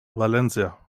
valencia